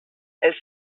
els